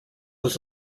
was